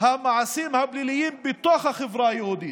המעשים הפליליים בתוך החברה היהודית,